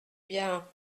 bien